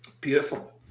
Beautiful